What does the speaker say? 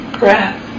breath